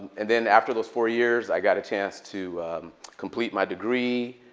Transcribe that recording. and then after those four years, i got a chance to complete my degree,